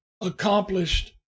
accomplished